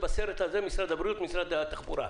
הזה משרד הבריאות, משרד התחבורה.